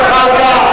חבר הכנסת זחאלקה.